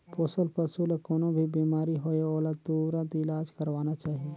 पोसल पसु ल कोनों भी बेमारी होये ओला तुरत इलाज करवाना चाही